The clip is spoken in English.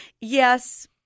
Yes